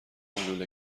لوله